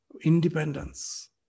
independence